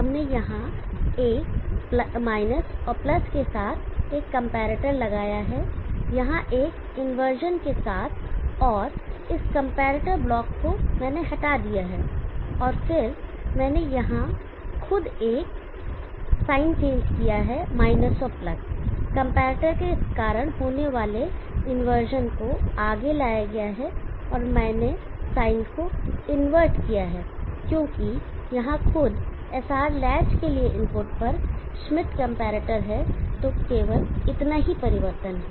हमने यहाँ एक -और के साथ एक कंपैरेटर लगाया है यहाँ एक इंवर्जन के साथ और इस कंपैरेटर ब्लॉक को मैंने हटा दिया है और फिर मैंने यहाँ खुद एक यहां साइन चेंज किया है - और कंपैरेटर के कारण होने वाले इंवर्जन को आगे लाया गया है और मैंने साइन को इनवर्ट किया है क्योंकि यहां खुद SR लैच के लिए इनपुट पर Schmitt कंपैरेटर है तो केवल इतना ही परिवर्तन है